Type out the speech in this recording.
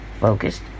focused